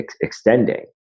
extending